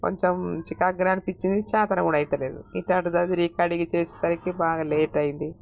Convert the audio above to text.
కొంచెం చికాకుగా అనిపించింది చాతన కూడా అవ్వలేదు ఇట్లాంటిది చేసేసరికి బాగా లేట్ అయింది